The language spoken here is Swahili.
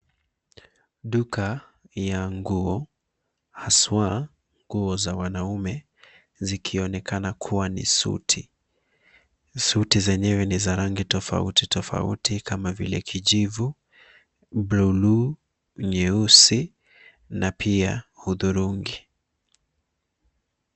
Duka ya nguo haswaa nguo za wanaume zikionekana kuwa ni suti. Suti zenyewe ni za rangi tofauti tofauti kama vile kijivu, buluu, nyeusi na pia hudhurungi.